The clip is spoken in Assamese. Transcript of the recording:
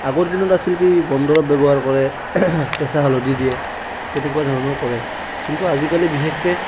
আগৰ দিনত আছিল কি বন দৰৱ ব্যৱহাৰ কৰে কেঁচা হালধি দিয়ে তেনেকুৱা ধৰণৰ কৰে কিন্তু আজিকালি বিশেষকৈ